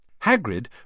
Hagrid